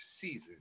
season